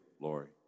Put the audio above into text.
Lori